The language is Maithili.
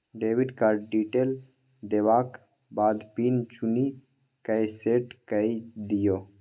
डेबिट कार्ड डिटेल देबाक बाद पिन चुनि कए सेट कए दियौ